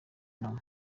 know